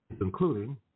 including